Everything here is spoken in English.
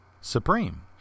supreme